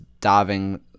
diving